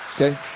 Okay